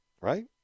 Right